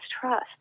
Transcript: trust